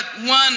one